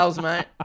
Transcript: mate